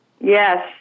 Yes